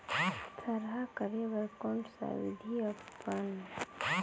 थरहा करे बर कौन सा विधि अपन?